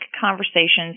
conversations